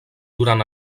durant